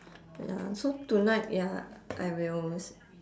ya so tonight ya I will